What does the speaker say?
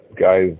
guys